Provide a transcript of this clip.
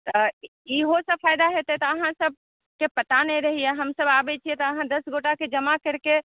तऽ इहो सभ फायदा हेतै तऽ अहाँ सभकेँ पता नहि रहैया हमसभ आबै छियै तऽ अहाँ दस गोटाकेँ जमा करके